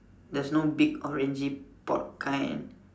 there's no big orangey pot kind